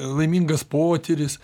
laimingas potyris